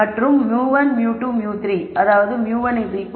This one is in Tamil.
என்னிடம் μ1 μ2 μ3 அதாவது μ1 4